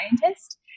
scientist